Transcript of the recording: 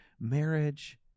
marriage